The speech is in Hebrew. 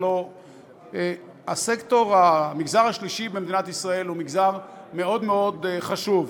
הלוא המגזר השלישי במדינת ישראל הוא מגזר מאוד מאוד חשוב,